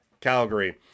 Calgary